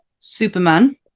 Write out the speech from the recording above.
Superman